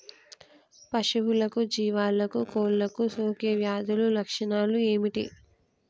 పశువులకు జీవాలకు కోళ్ళకు సోకే వ్యాధుల లక్షణాలు ఏమిటి?